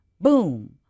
boom